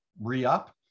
re-up